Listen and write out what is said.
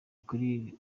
kuri